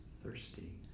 thirsty